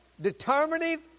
determinative